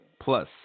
Plus